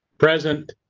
present.